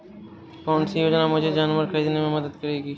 कौन सी योजना मुझे जानवर ख़रीदने में मदद करेगी?